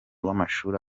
w’amashuri